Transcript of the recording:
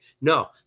No